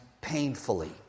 painfully